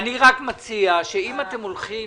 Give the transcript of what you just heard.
אני מציע שאם אתם הולכים